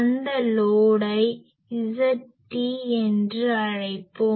அந்த லோடை ZT என்று அழைப்போம்